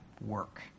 work